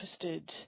interested